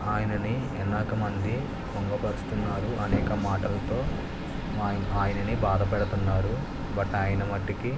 ఆయనని అనేక మంది కుంగపరుస్తున్నారు అనేక మాటలతో ఆయనని బాధపెడుతున్నారు బట్ ఆయన మట్టుకు